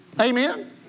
Amen